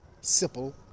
Simple